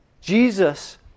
Jesus